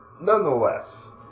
nonetheless